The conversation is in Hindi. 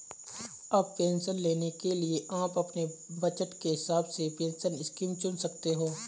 अब पेंशन लेने के लिए आप अपने बज़ट के हिसाब से पेंशन स्कीम चुन सकते हो